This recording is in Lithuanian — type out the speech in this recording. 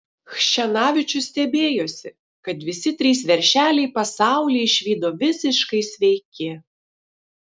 chščenavičius stebėjosi kad visi trys veršeliai pasaulį išvydo visiškai sveiki